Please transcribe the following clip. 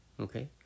Okay